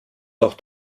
noch